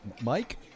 mike